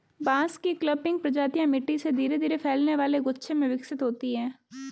बांस की क्लंपिंग प्रजातियां मिट्टी से धीरे धीरे फैलने वाले गुच्छे में विकसित होती हैं